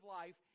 life